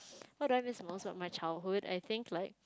what do I miss most of my childhood I think like